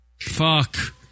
Fuck